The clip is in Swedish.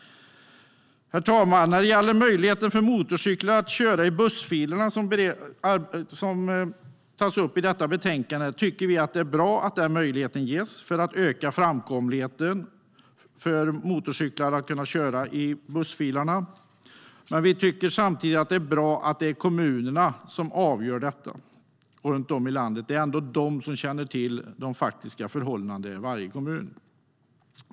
Herr talman! När det gäller möjligheten för motorcyklar att köra i bussfilerna, vilket tas upp i detta betänkande, tycker vi att det är bra att den möjligheten ges för att öka framkomligheten för motorcyklarna. Vi tycker samtidigt att det är bra att det är kommunerna som avgör detta. Det är ändå de som känner till de faktiska förhållandena i den egna kommunen.